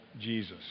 Jesus